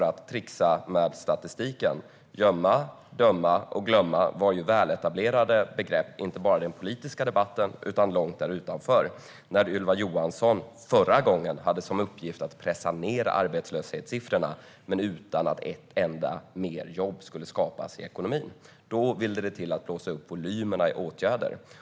Att trixa med statistiken, gömma, döma och glömma var väletablerade begrepp, inte bara i den politiska debatten utan också långt där utanför, när Ylva Johansson förra gången hade som uppgift att pressa ned arbetslöshetssiffrorna utan att ett enda mer jobb skulle skapas i ekonomin. Då ville det till att blåsa upp volymerna i åtgärder.